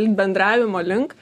bendravimo link